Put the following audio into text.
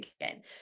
again